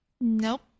Nope